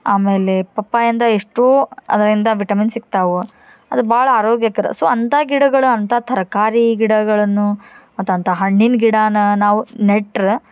ಆಮೇಲೆ ಪಪ್ಪಾಯಿಂದ ಎಷ್ಟೋ ಅದರಿಂದ ವಿಟಮಿನ್ಸ್ ಸಿಗ್ತಾವೆ ಅದು ಭಾಳ ಆರೋಗ್ಯಕರ ಸೊ ಅಂಥ ಗಿಡಗಳು ಅಂಥ ತರಕಾರಿ ಗಿಡಗಳನ್ನು ಮತ್ತು ಅಂಥ ಹಣ್ಣಿನ ಗಿಡನ ನಾವು ನೆಟ್ರೆ